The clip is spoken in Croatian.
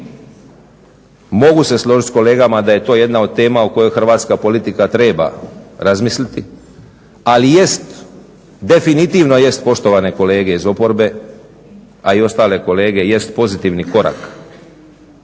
Mogu se složiti s kolegama da je to jedna od tema u kojoj hrvatska politika treba razmisliti, ali jest definitivno jest poštovane kolege iz oporbe, a i ostale kolege, jest pozitivni korak